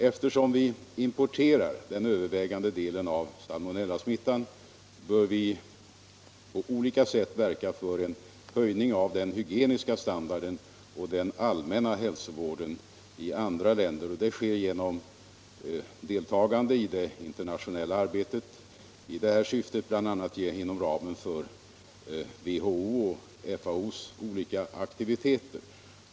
Eftersom vi importerar den övervägande delen av salmonellasmittan bör vi på olika sätt verka för en höjning av den hygieniska standarden och den allmänna hälsovården i andra länder. Det sker genom deltagande i det internationella arbetet i detta syfte, bl.a. inom ramen för WHO:s och FAO:s olika aktiviteter.